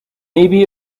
maybe